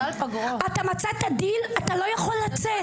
אם מצאת דיל אתה לא יכול לצאת.